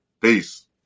peace